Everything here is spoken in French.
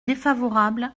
défavorable